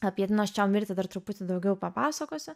apie tinos čiau mirtį dar truputį daugiau papasakosiu